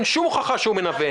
אין שום הוכחה שהוא מנוון.